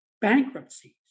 bankruptcies